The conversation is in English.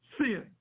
sin